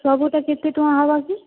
ସବୁଟା କେତେ ଟଙ୍କା ହେବା କି